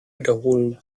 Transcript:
wiederholen